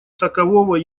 такового